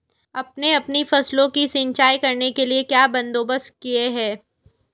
आपने अपनी फसलों की सिंचाई करने के लिए क्या बंदोबस्त किए है